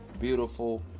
beautiful